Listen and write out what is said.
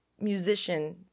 musician